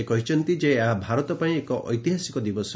ସେ କହିଛନ୍ତି ଯେ ଏହା ଭାରତ ପାଇଁ ଏକ ଐତିହାସିକ ଦିବସ